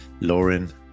Lauren